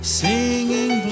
singing